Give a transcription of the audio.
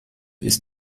ist